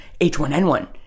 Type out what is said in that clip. H1N1